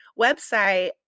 website